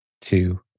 two